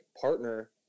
partner